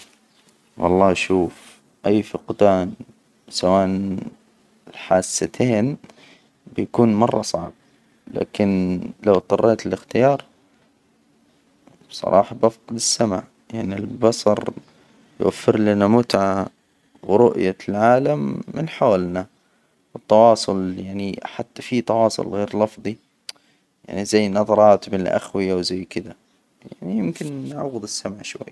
والله شوف أي فقدان سواءا الحاستين بيكون مرة صعب، لكن لو إضطريت للإختيار، بصراحة بفقد السمع، يعنى البصر يوفر لنا متعة ورؤية العالم من حولنا، التواصل يعني حتى في تواصل غير لفظي يعني زي نظرات بين الأخوية وزي كده يعني يمكن نعوض السمع شوي.